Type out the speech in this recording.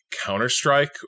Counter-Strike